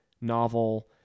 Novel